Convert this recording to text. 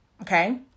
okay